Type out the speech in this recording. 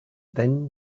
then